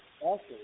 Awesome